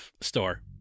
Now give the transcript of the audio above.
store